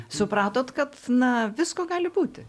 supratot kad na visko gali būti